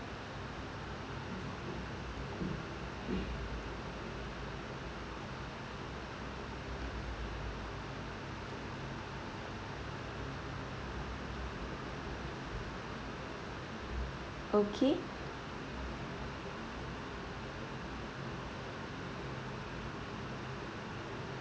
okay